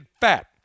fat